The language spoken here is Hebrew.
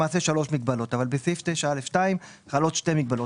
למעשה שלוש מגבלות אבל בסעיף 9(א)(2) חלות שתי מגבלות.